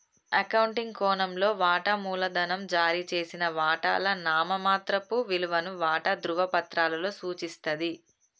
accounting కోణంలో, వాటా మూలధనం జారీ చేసిన వాటాల నామమాత్రపు విలువను వాటా ధృవపత్రాలలో సూచిస్తది